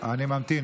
אני ממתין.